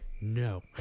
No